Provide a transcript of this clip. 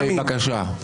אוקי, בבקשה.